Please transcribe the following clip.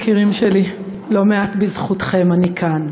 יקירים שלי, לא מעט בזכותכם אני כאן.